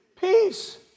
peace